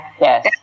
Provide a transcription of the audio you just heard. Yes